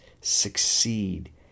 succeed